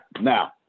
Now